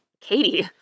katie